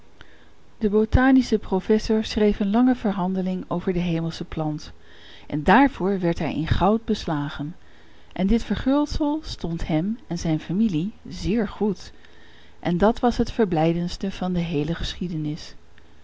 de botanische professor schreef een lange verhandeling over de hemelsche plant en daarvoor werd hij in goud beslagen en dit verguldsel stond hem en zijn familie zeer goed en dat was het verblijdendste van de heele geschiedenis